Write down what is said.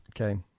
Okay